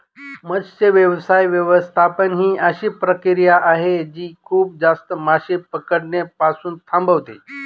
मत्स्य व्यवसाय व्यवस्थापन ही अशी प्रक्रिया आहे जी खूप जास्त मासे पकडणे पासून थांबवते